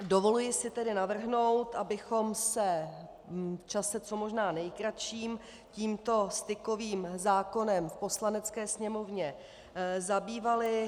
Dovoluji si tedy navrhnout, abychom se v čase co možná nejkratším tímto stykovým zákonem v Poslanecké sněmovně zabývali.